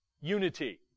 unity